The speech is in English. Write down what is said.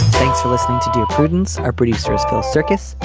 thanks for listening to dear prudence are pretty stressful circus.